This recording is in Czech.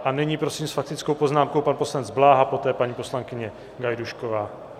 A nyní prosím s faktickou poznámkou pan poslanec Bláha, poté paní poslankyně Gajdůšková.